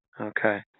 Okay